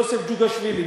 יוסף ג'וגאשווילי,